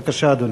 בבקשה, אדוני.